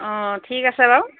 অঁ ঠিক আছে বাৰু